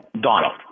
Donald